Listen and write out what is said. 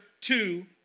two